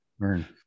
learn